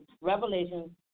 revelation